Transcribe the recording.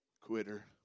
Quitter